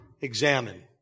examine